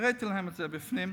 הראיתי להם את זה בפנים,